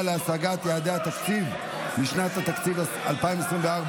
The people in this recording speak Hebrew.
להשגת יעדי התקציב לשנת התקציב 2024),